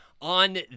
On